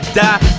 die